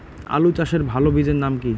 আলু চাষের ভালো বীজের নাম কি?